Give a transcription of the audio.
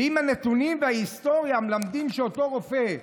ואם הנתונים וההיסטוריה מלמדים שאותו רופא,